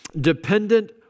Dependent